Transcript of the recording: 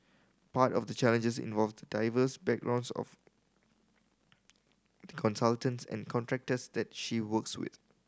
part of the challenges involved the diverse backgrounds of the consultants and contractors that she works with